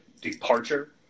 departure